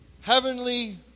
heavenly